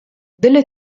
delle